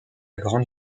grande